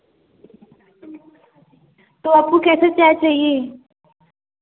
तो आपको कैसे चाय चाहिए